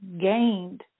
gained